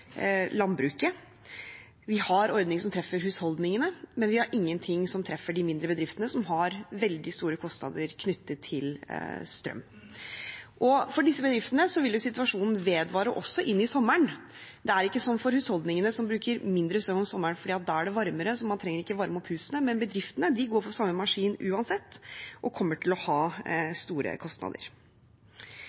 landbruket, vi har ordninger som treffer husholdningene, men vi har ingenting som treffer de mindre bedriftene, som har veldig store kostnader knyttet til strøm. For disse bedriftene vil situasjonen vedvare også inn i sommeren. Det er ikke som for husholdningene, som bruker mindre strøm om sommeren fordi det da er varmere, så man trenger ikke varme opp husene; bedriftene går for samme maskin uansett, og kommer til å ha store kostnader.